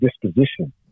disposition